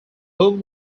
whom